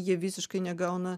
jie visiškai negauna